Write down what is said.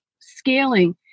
scaling